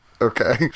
Okay